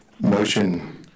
motion